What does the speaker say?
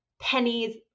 pennies